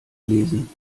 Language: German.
lesen